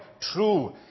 true